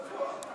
את אמרת,